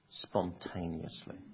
spontaneously